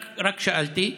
רק שאלתי.